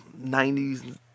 90s